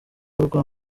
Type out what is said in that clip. rwa